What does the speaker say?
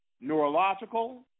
neurological